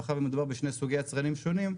מאחר ומדובר בשני יצרנים שונים,